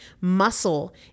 Muscle